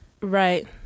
Right